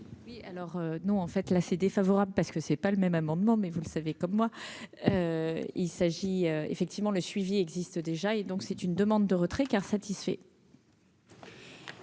Et alors, non, en fait, là c'est défavorable, parce que c'est pas le même amendement mais vous le savez comme moi, il s'agit effectivement le suivi existe déjà et donc c'est une demande de retrait car satisfait.